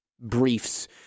briefs